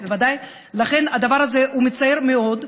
כן, בוודאי, לכן הדבר הזה מצער מאוד.